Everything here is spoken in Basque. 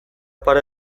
pare